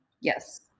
Yes